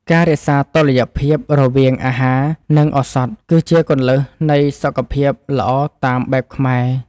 ការរក្សាតុល្យភាពរវាងអាហារ និងឱសថ គឺជាគន្លឹះនៃសុខភាពល្អតាមបែបខ្មែរ។